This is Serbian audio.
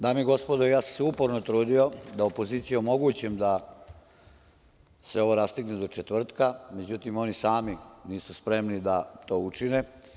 Dame i gospodo, ja sam se uporno trudio da opoziciji omogućim da se ovo rastegne do četvrtka, međutim, oni sami nisu spremni da to učine.